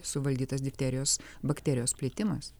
suvaldytas difterijos bakterijos plitimas